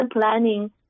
planning